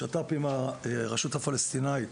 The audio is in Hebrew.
השת"פ עם הרשות הפלסטינאית,